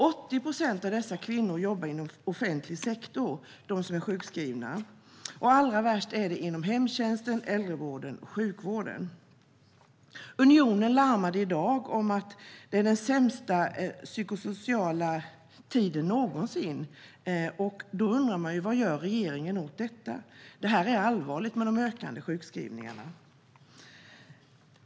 80 procent av de kvinnor som är sjukskrivna jobbar inom offentlig sektor, och allra värst är det inom hemtjänsten, äldrevården och sjukvården. Unionen larmade i dag om att vi ser den sämsta psykosociala tiden någonsin, och då undrar man ju vad regeringen gör åt detta. Det är allvarligt med de ökande sjukskrivningarna.